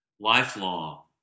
Lifelong